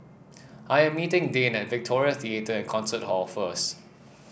I am meeting Dane at Victoria Theatre and Concert Hall first